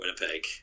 Winnipeg